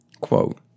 Quote